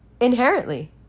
Inherently